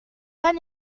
pas